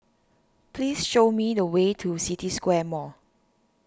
please show me the way to City Square Mall